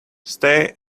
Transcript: stay